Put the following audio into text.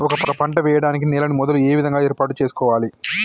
ఒక పంట వెయ్యడానికి నేలను మొదలు ఏ విధంగా ఏర్పాటు చేసుకోవాలి?